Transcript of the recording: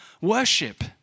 worship